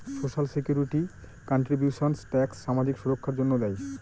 social security contributions tax সামাজিক সুররক্ষার জন্য দেয়